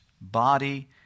body